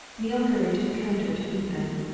neale hurried to the counter to meet them.